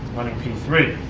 running p three.